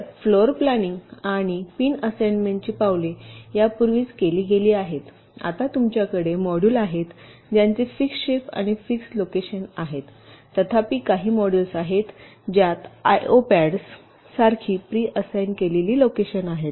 तर floor planning आणि pin असाइनमेंटची पावले यापूर्वीच केली गेली आहेत आता तुमच्याकडे मॉड्यूल आहेत ज्यांचे फिक्स शेप आणि फिक्स लोकेशन आहेत तथापि काही मॉड्यूल्स आहेत ज्यात आयओ पॅड्स सारखी प्री असाइन केलेली लोकेशन आहेत